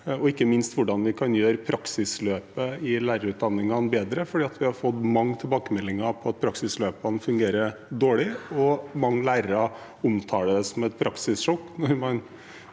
og ikke minst hvordan vi kan gjøre praksisløpet i lærerutdanningene bedre, for vi har fått mange tilbakemeldinger på at praksisløpene fungerer dårlig. Mange lærere omtaler det også som et praksissjokk når man